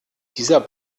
dieser